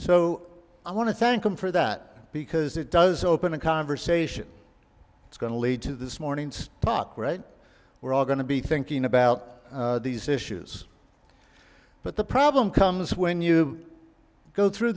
so i want to thank him for that because it does open a conversation that's going to lead to this morning's talk right we're all going to be thinking about these issues but the problem comes when you go through